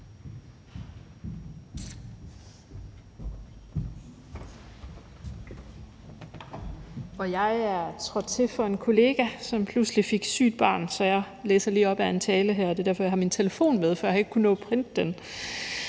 Jeg er trådt til for en kollega, som pludselig fik sygt barn, så jeg læser lige op af en tale her; jeg har min telefon med, for jeg kunne ikke nå at printe den.